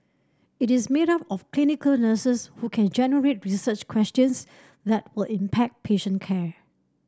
it is made up of clinical nurses who can generate research questions that will impact patient care